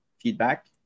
feedback